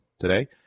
today